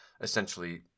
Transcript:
essentially